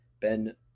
Ben